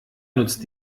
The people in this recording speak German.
nutzt